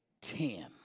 ten